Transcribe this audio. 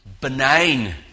Benign